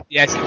Yes